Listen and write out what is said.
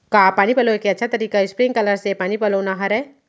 का पानी पलोय के अच्छा तरीका स्प्रिंगकलर से पानी पलोना हरय?